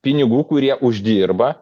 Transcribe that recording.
pinigų kurie uždirba